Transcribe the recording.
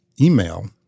email